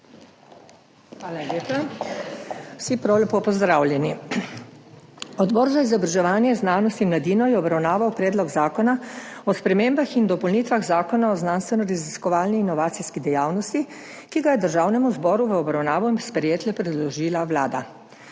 Hvala lepa. Vsi prav lepo pozdravljeni! Odbor za izobraževanje, znanost in mladino je obravnaval Predlog zakona o spremembah in dopolnitvah Zakona o znanstvenoraziskovalni in inovacijski dejavnosti, ki ga je Državnemu zboru v obravnavo in sprejetje predložila Vlada.